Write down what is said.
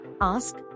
ask